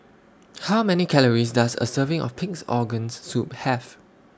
How Many Calories Does A Serving of Pig'S Organ Soup Have